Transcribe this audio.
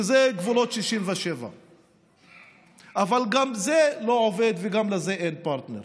שזה גבולות 67'. אבל גם זה לא עובד וגם לזה אין פרטנר.